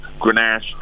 Grenache